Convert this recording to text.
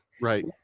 Right